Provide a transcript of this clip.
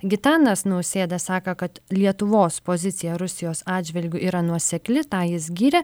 gitanas nausėda sako kad lietuvos pozicija rusijos atžvilgiu yra nuosekli tą jis gyrė